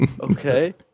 Okay